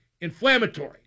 inflammatory